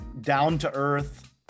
down-to-earth